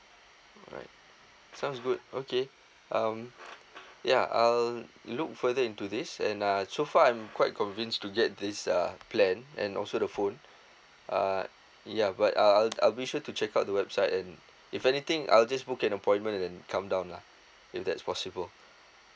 alright sounds good okay um ya I'll look further into this and uh so far I'm quite convinced to get this uh plan and also the phone uh ya but I'll I'll be sure to check out the website and if anything I'll just book an appointment and come down lah if that's possible